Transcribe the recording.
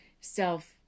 self